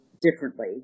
differently